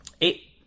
Eight